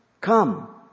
Come